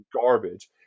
garbage